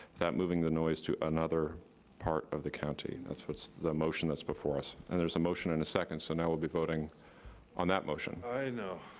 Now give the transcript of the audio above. that moving the noise to another part of the county. and that's the motion that's before us, and there's a motion and a second, so now we'll be voting on that motion. i know,